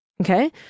Okay